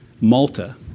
Malta